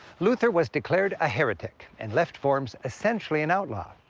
luther was declared a heretic and left worms essentially an outlaw.